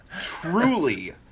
Truly